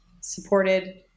supported